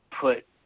put